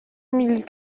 mille